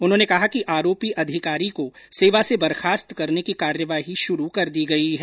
उन्होंने कहा कि आरोपी अधिकारी को सेवा से बर्खास्त करने की कार्यवाही शुरू कर दी गयी है